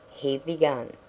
he began,